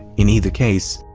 in either case,